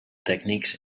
techniques